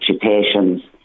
patients